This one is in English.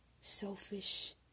selfish